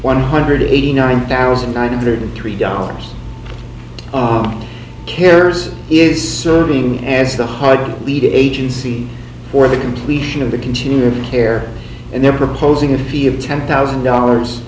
one hundred eighty nine thousand nine hundred three dollars cares is serving as the heart lead agency for the completion of the continuing care and they're proposing a fee of ten thousand dollars